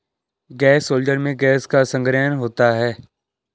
gas holder में gas का संग्रहण होता है